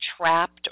trapped